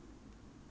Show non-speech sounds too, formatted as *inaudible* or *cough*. *laughs*